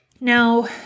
Now